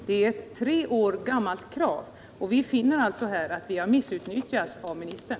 Det är ett tre år gammalt krav. Vi finner att vi har missutnyttjats av ministern.